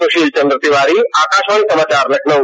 सुशील चंद्र तिवारी आकाशवाणी समाचार लखनऊ